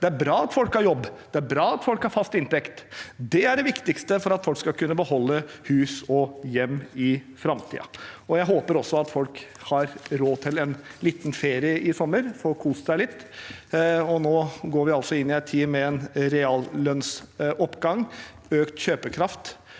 Det er bra at folk har jobb. Det er bra at folk har fast inntekt. Det er det viktigste for at folk skal kunne beholde hus og hjem i framtiden. Jeg håper også at folk har råd til en liten ferie i sommer og får kost seg litt. Nå går vi altså inn i en tid med en reallønnsoppgang og økt kjøpekraft.